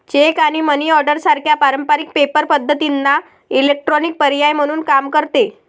check आणि money order सारख्या पारंपारिक पेपर पद्धतींना इलेक्ट्रॉनिक पर्याय म्हणून काम करते